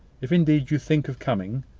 if indeed you think of coming.